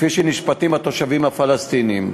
כפי שנשפטים התושבים הפלסטינים,